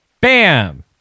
Bam